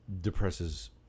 depresses